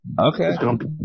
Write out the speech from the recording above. Okay